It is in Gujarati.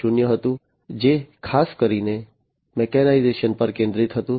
0 હતું જે ખાસ કરીને મિકેનાઇઝેશન પર કેન્દ્રિત હતું